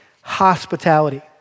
hospitality